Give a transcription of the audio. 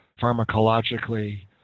pharmacologically